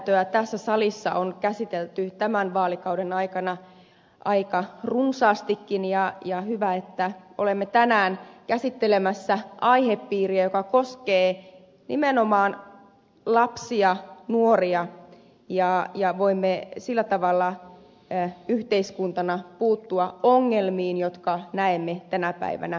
alkoholilainsäädäntöä tässä salissa on käsitelty tämän vaalikauden aikana aika runsaastikin ja on hyvä että olemme tänään käsittelemässä aihepiiriä joka koskee nimenomaan lapsia ja nuoria ja voimme sillä tavalla yhteiskuntana puuttua ongelmiin jotka näemme tänä päivänä ympärillämme